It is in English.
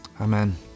Amen